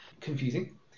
confusing